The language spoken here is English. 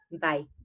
Bye